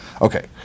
Okay